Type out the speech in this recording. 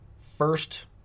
First